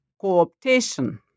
co-optation